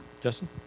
Justin